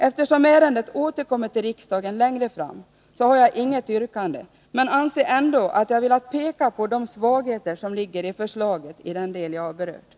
Eftersom ärendet återkommer till riksdagen längre fram, har jag inget yrkande, men jag har ändå velat peka på de svagheter som ligger i förslaget i den del jag har berört.